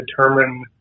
determine